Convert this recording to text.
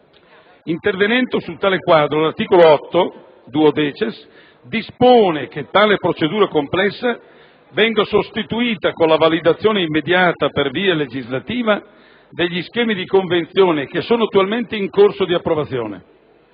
Intervenendo su tale quadro, l'articolo 8-*duodecies* dispone che tale procedura complessa venga sostituita con la validazione immediata per via legislativa degli schemi di convenzione che sono attualmente in corso di approvazione.